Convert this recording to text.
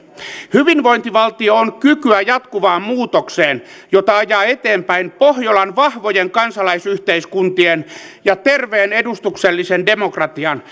hyvinvointivaltio on kykyä jatkuvaan muutokseen jota ajaa eteenpäin pohjolan vahvojen kansalaisyhteiskuntien ja terveen edustuksellisen demokratian